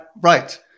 Right